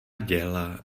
děla